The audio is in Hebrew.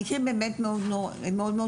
המקרים באמת מאוד מאוד קשים,